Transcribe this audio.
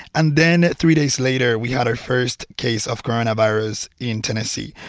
and then three days later, we had our first case of coronavirus in tennessee,